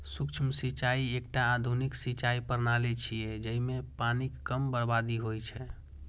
सूक्ष्म सिंचाइ एकटा आधुनिक सिंचाइ प्रणाली छियै, जइमे पानिक कम बर्बादी होइ छै